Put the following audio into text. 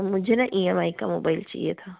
जी मुझे न E M I का मोबाइल चाहिए था